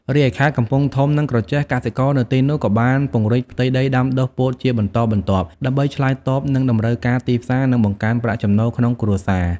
រីឯខេត្តកំពង់ធំ និងក្រចេះ កសិករនៅទីនោះក៏បានពង្រីកផ្ទៃដីដាំដុះពោតជាបន្តបន្ទាប់ ដើម្បីឆ្លើយតបនឹងតម្រូវការទីផ្សារ និងបង្កើនប្រាក់ចំណូលក្នុងគ្រួសារ។